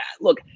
Look